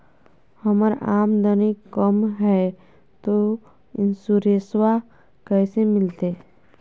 हमर आमदनी कम हय, तो इंसोरेंसबा कैसे मिलते?